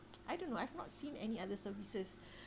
I don't know I've not seen any other services